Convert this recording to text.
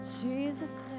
Jesus